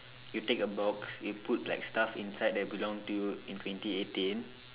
you take a box you put like stuff inside that belong to you in twenty eighteen